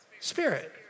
Spirit